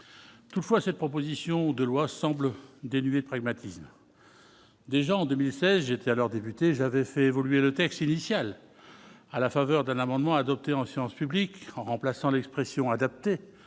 toutefois cette proposition de loi semble dénuée de pragmatisme, déjà en 2016 j'étais alors débuter, j'avais fait évoluer le texte initial à la faveur d'un amendement adopté en séance publique, en remplaçant l'expression adapté de